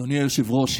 אדוני היושב-ראש,